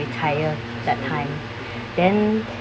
retire that time then